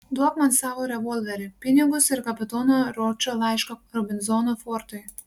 duok man savo revolverį pinigus ir kapitono ročo laišką robinzono fortui